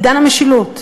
עידן המשילות,